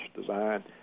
design